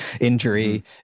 injury